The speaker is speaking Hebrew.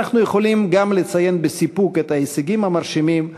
אנחנו יכולים גם לציין בסיפוק את ההישגים המרשימים,